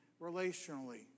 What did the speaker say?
relationally